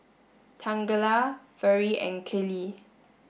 Tangela Vere and Kellee